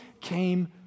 came